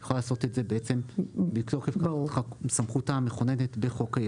היא יכולה לעשות את זה מתוקף סמכותה המכוננת בחוק-היסוד.